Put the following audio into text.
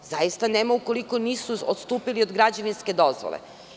Zaista nema, ukoliko nisu odstupili od građevinske dozvole.